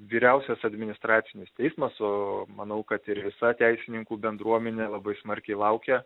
vyriausias administracinis teismas o manau kad ir visa teisininkų bendruomenė labai smarkiai laukia